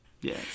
Yes